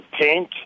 paint